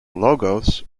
logos